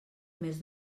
més